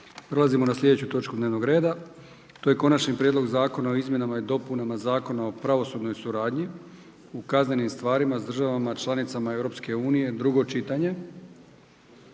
Prelazimo na sljedeću točku dnevnog reda to je: - Konačni prijedlog Zakona o izmjenama i dopunama Zakona o pravosudnoj suradnji u kaznenim stvarima s državama članicama Europske unije, drugo čitanje.